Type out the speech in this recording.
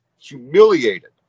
humiliated